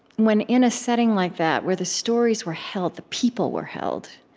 when in a setting like that where the stories were held, the people were held,